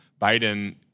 Biden